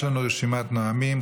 יש לנו רשימת נואמים.